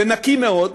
זה נקי מאוד.